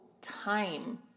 time